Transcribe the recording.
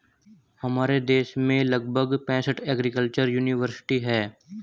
हमारे देश में लगभग पैंसठ एग्रीकल्चर युनिवर्सिटी है